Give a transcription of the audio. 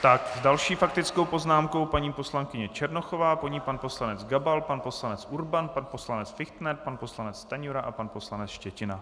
S další faktickou poznámkou paní poslankyně Černochová, po ní pan poslanec Gabal, pan poslanec Urban, pan poslanec Fichtner, pan poslanec Stanjura a pan poslanec Štětina.